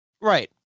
Right